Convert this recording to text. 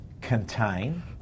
contain